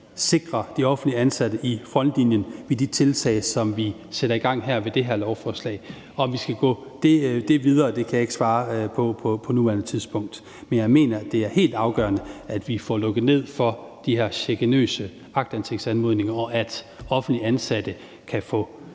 sikrer de offentligt ansatte i frontlinjen ved de tiltag, som sætter i gang med det her lovforslag. Om vi skal gå det videre, kan jeg ikke svare på på nuværende tidspunkt. Men jeg mener, det er helt afgørende, at vi får lukket ned for de her chikanøse aktindsigtsanmodninger, og at offentligt ansatte kan få